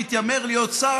שמתיימר להיות שר,